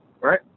right